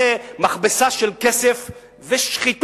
זו מכבסה של כסף ושחיתות,